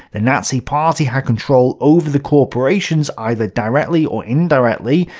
the nazi party had control over the corporations either directly or indirectly,